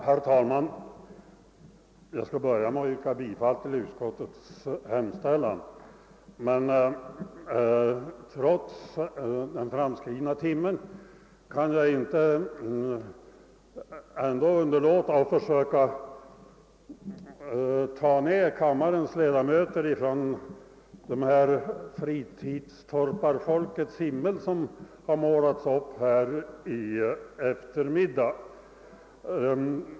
Herr talman! Jag skall börja med att yrka bifall till utskottets hemställan. Men trots den framskridna timmen kan jag ändå inte underlåta att försöka ta ner kammarens ledamöter från denna fritidstorparfolkets himmel, som har målats upp här i eftermiddag.